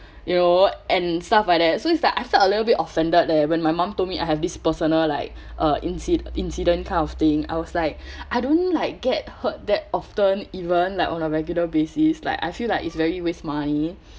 you know and stuff like that so it's like I felt a little bit offended leh when my mom told me I have this personal like uh inci~ incident kind of thing I was like I don't like get hurt that often even like on a regular basis like I feel like it's very waste money